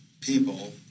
people